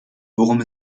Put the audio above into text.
worum